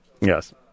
Yes